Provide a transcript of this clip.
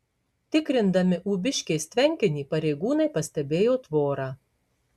tikrindami ūbiškės tvenkinį pareigūnai pastebėjo tvorą